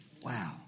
Wow